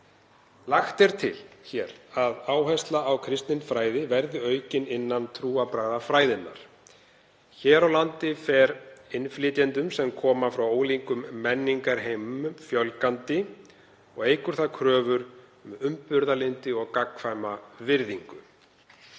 lagt til að áhersla á kristinfræði verði aukin innan trúarbragðafræðinnar. Hér á landi fer innflytjendum sem koma frá ólíkum menningarheimum fjölgandi og eykur það kröfur um umburðarlyndi og gagnkvæma virðingu.